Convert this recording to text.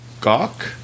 Gawk